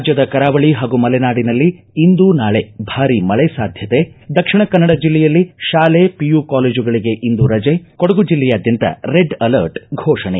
ರಾಜ್ಯದ ಕರಾವಳಿ ಹಾಗೂ ಮಲೆನಾಡಿನಲ್ಲಿ ಇಂದು ನಾಳಿ ಭಾರೀ ಮಳೆ ಸಾಧ್ಯತೆ ದಕ್ಷಿಣ ಕನ್ನಡ ಜಿಲ್ಲೆಯಲ್ಲಿ ತಾಲೆ ಪಿಯು ಕಾಲೇಜುಗಳಿಗೆ ಇಂದು ರಜೆ ಕೊಡಗು ಜಿಲ್ಲೆಯಾದ್ಯಂತ ರೆಡ್ ಆಲರ್ಟ್ ಘೋಷಣೆ